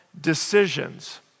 decisions